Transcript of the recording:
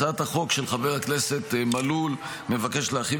הצעת החוק של חבר הכנסת מלול מבקשת להרחיב